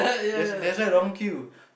that that's why long queue